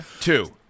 Two